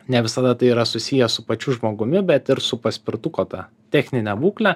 ne visada tai yra susiję su pačiu žmogumi bet ir su paspirtuko ta technine būkle